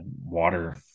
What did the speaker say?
water